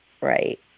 Right